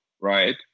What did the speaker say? right